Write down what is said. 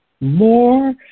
More